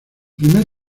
primer